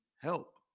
help